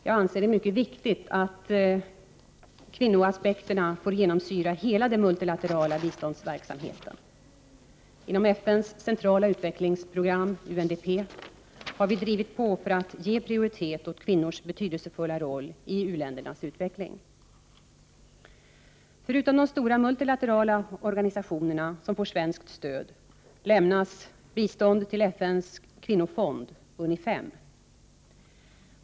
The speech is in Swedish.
Jag anser det mycket viktigt 85 att kvinnoaspekterna får genomsyra hela den multilaterala biståndsverksamheten. Inom FN:s centrala utvecklingsprogram har vi drivit på för att ge prioritet åt kvinnors betydelsefulla roll i u-ländernas utveckling. Förutom de stora multilaterala organisationerna som får svenskt stöd lämnas även bistånd till FN:s kvinnofond .